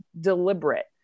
deliberate